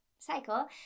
cycle